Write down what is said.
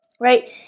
right